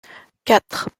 quatre